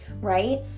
Right